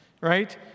right